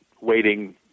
waiting